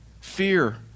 Fear